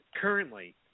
currently